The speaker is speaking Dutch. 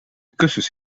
kussens